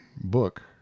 Book